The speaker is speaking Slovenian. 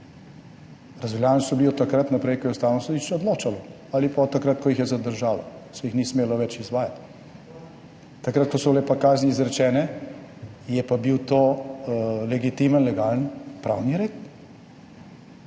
Razveljavljeni so bili od takrat naprej, ko je Ustavno sodišče odločalo, ali pa od takrat, ko jih je zadržalo, in se jih ni smelo več izvajati. Takrat, ko so bile pa kazni izrečene, je pa bil to legitimen, legalen pravni red.